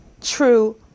true